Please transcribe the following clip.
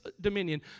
dominion